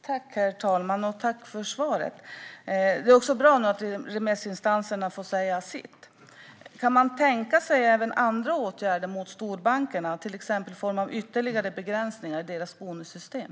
Herr talman! Tack för svaret! Det är bra att remissinstanserna får säga sitt. Kan man tänka sig även andra åtgärder mot storbankerna, till exempel ytterligare begränsningar av deras bonussystem?